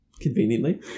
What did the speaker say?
Conveniently